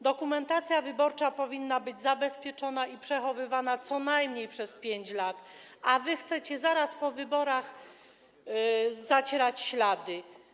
Dokumentacja wyborcza powinna być zabezpieczona i przechowywana co najmniej przez 5 lat, a wy chcecie zaraz po wyborach zacierać ślady.